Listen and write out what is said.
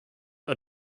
are